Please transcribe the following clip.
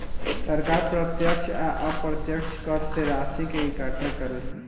सरकार प्रत्यक्ष आ अप्रत्यक्ष कर से राशि के इकट्ठा करेले